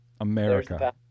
America